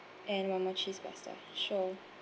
and one more cheese pasta sure